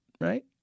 right